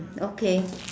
okay